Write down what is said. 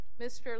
Mr